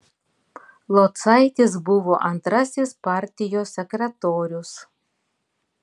locaitis buvo antrasis partijos sekretorius